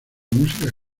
música